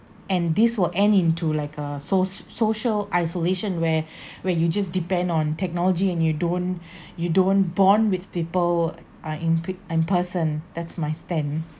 and this will end into like uh so~ social isolation where when you just depend on technology and you don't you don't bond with people uh in pe~ in person that's my stand